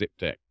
Zipdeck